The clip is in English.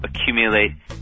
accumulate